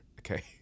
Okay